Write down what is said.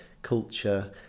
culture